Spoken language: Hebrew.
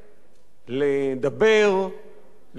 לדבר,